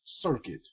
circuit